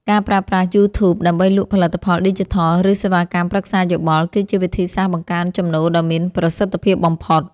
ការប្រើប្រាស់ យូធូប ដើម្បីលក់ផលិតផលឌីជីថល ឬសេវាកម្មប្រឹក្សាយោបល់ គឺជាវិធីសាស្ត្របង្កើនចំណូលដ៏មានប្រសិទ្ធភាពបំផុត។